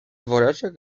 woreczek